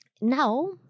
Now